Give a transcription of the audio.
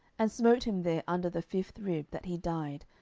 and smote him there under the fifth rib, that he died,